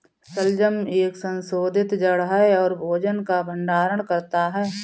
शलजम एक संशोधित जड़ है और भोजन का भंडारण करता है